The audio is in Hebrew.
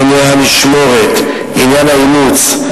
ענייני המשמורת, עניין האימוץ.